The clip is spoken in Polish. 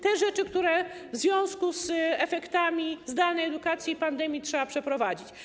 Te są rzeczy, które w związku z efektami zdalnej edukacji podczas pandemii trzeba przeprowadzić.